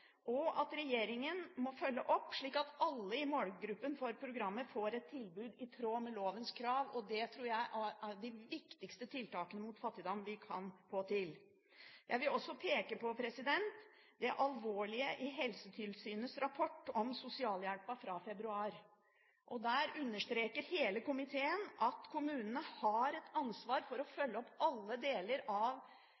og at regjeringen må følge opp, slik at alle i målgruppen for programmet får et tilbud i tråd med lovens krav. Det tror jeg er av de viktigste tiltakene mot fattigdom vi kan få til. Jeg vil også peke på det alvorlige i Helsetilsynets rapport om sosialhjelpen fra februar. Der understreker hele komiteen at kommunene har et ansvar for å